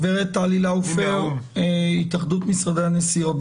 גברת טלי לאופר, התאחדות משרדי הנסיעות.